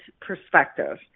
perspective